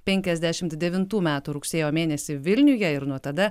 penkiasdešimt devintų metų rugsėjo mėnesį vilniuje ir nuo tada